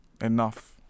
enough